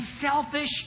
selfish